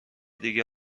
دیگه